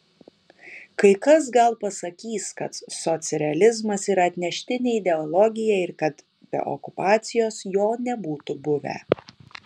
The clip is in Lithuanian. kai kas gal pasakys kad socrealizmas yra atneštinė ideologija ir kad be okupacijos jo nebūtų buvę